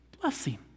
Blessing